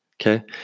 okay